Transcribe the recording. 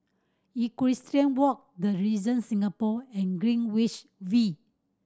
Equestrian Walk The Regent Singapore and Greenwich V